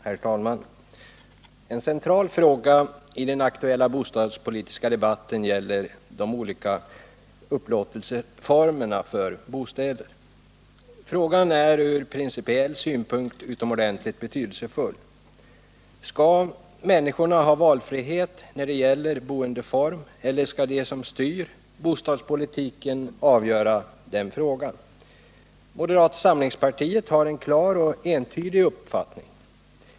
Herr talman! En central fråga i den aktuella bostadspolitiska debatten gäller de olika upplåtelseformerna för bostäder. Frågan är från principiell synpunkt utomordentligt betydelsefull. Skall människorna ha valfrihet när det gäller boendeform, eller skall de som styr bostadspolitiken avgöra den saken? Moderata samlingspartiet har en klar och entydig uppfattning.